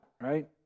right